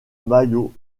maillot